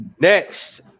Next